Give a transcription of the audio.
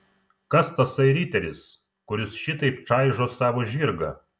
kas tasai riteris kuris šitaip čaižo savo žirgą